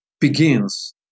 begins